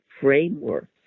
framework